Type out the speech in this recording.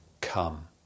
come